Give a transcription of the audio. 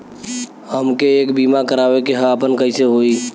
हमके एक बीमा करावे के ह आपन कईसे होई?